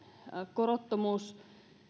korottomuus